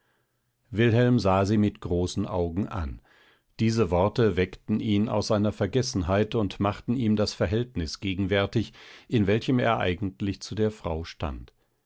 wilhelm sah sie mit großen augen an diese worte weckten ihn aus seiner vergessenheit und machten ihm das verhältnis gegenwärtig in welchem er eigentlich zu der frau stand